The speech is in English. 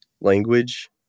language